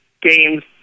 games